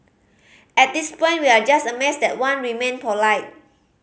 at this point we are just amazed that Wan remained polite